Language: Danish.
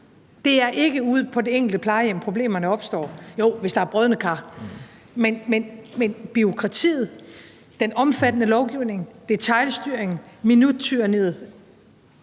Det er ikke ude på det enkelte plejehjem, at problemerne opstår, jo, hvis der er brodne kar, men bureaukratiet, den omfattende lovgivning, detailstyringen, minuttyranniet